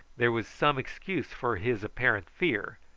there was some excuse for his apparent fear,